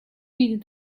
read